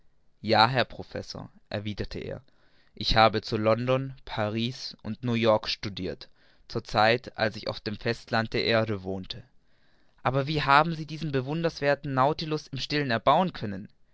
ja herr professor erwiderte er ich habe zu london paris und new-york studirt zur zeit als ich auf dem festland der erde wohnte aber wie haben sie diesen bewundernswerthen nautilus im stillen erbauen können